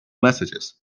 messages